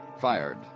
Fired